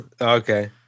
Okay